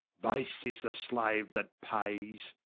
base is the slaue that payes